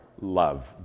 love